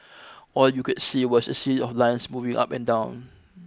all you could see was a series of lines moving up and down